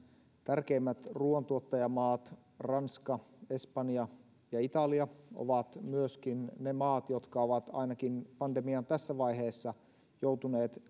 tärkeimmät ruoantuottajamaat ranska espanja ja italia ovat myöskin ne maat jotka ovat ainakin pandemian tässä vaiheessa joutuneet